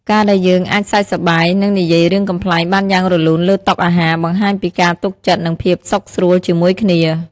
ការដែលយើងអាចសើចសប្បាយ និងនិយាយរឿងកំប្លែងបានយ៉ាងរលូនលើតុអាហារ បង្ហាញពីការទុកចិត្ត និងភាពសុខស្រួលជាមួយគ្នា។